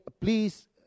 please